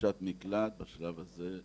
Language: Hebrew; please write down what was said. מי שהגיש בקשת מקלט בשלב הזה,